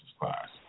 class